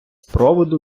проводу